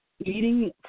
Eating